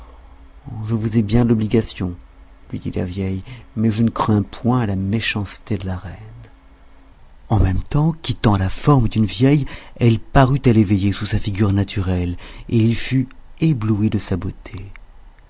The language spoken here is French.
je vous ai bien de l'obligation lui dit la vieille mais je ne crains pas la méchanceté de la reine en même temps quittant la forme d'une vieille elle parut à l'eveillé sous sa figure naturelle et il fut ébloui de sa beauté